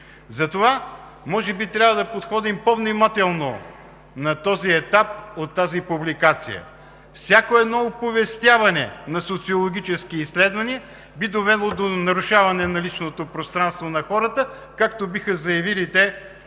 затова може би трябва да подходим по-внимателно на този етап от тази публикация. Всяко едно оповестяване на социологически изследвания би довело до нарушаване на личното пространство на хората, както биха заявили те